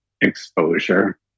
exposure